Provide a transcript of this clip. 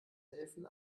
helfen